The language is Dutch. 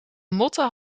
motten